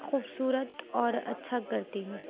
خوبصورت اور اچھا کرتی ہوں